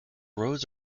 roads